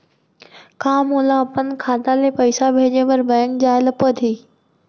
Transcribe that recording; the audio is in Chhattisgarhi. का मोला अपन खाता ले पइसा भेजे बर बैंक जाय ल परही?